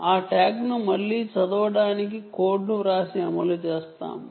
ఆ ట్యాగ్ను మళ్లీ చదవడానికి కోడ్ను వ్రాసి అమలు చేస్తాము